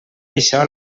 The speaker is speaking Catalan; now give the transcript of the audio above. això